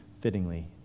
Fittingly